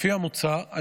לפי המוצע,